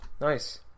Nice